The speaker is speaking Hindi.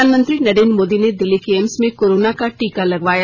प्रधानमंत्री नरेन्द्र मोदी ने दिल्ली के एम्स में कोरोना का टीका लगवाया